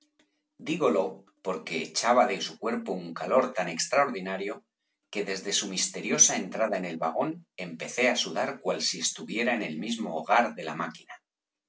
digo o porque echaba de su cuerpo un calor tan extraordinario que desde su misteriosa entrada en el vagón empecé á sudar cual si estuviera en el mismo hogar de la máquina